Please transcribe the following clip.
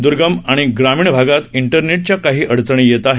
दर्गम आणि ग्रामीण भागात इंटरनेटच्या काही अडचणी येत आहेत